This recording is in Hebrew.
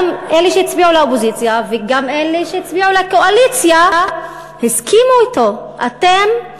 גם אלה שהצביעו לאופוזיציה וגם אלה שהצביעו לקואליציה הסכימו אתו: אתם,